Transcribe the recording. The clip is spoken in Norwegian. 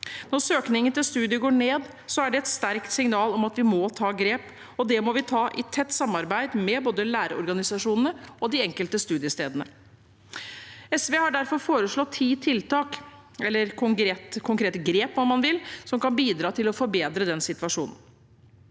Når søkningen til studiet går ned, er det et sterkt signal om at vi må ta grep, og det må vi ta i tett samarbeid med både lærerorganisasjonene og de enkelte studiestedene. SV har derfor foreslått ti tiltak – eller konkrete grep, om man vil – som kan bidra til å forbedre den situasjonen.